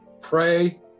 pray